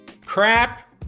Crap